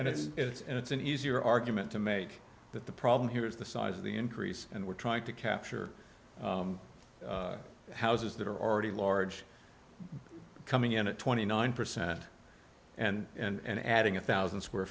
and it's it's and it's an easier argument to make that the problem here is the size of the increase and we're trying to capture houses that are already large coming in at twenty nine percent and adding a one thousand square